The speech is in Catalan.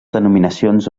denominacions